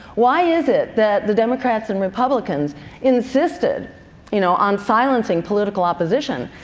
why is it that the democrats and republicans insisted you know on silencing political opposition?